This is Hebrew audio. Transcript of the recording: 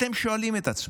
אתם שואלים את עצמכם,